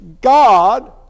God